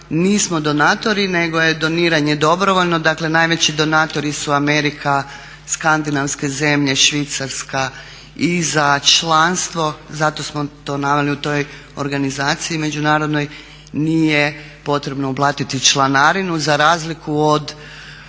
nismo donatori nego je doniranje dobrovoljno. Dakle, najveći donatori su Amerika, Skandinavske zemlje Švicarska i za članstvo, zato smo to naveli u toj organizaciji međunarodnoj nije potrebno uplatiti članarinu za razliku od